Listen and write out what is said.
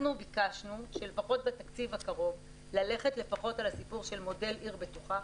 אנחנו ביקשנו בתקציב הקרוב ללכת לפחות על הסיפור של מודל עיר בטוחה.